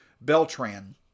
Beltran